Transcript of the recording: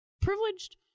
privileged